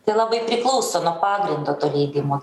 tai labai priklauso nuo pagrindo to leidimo